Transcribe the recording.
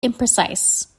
imprecise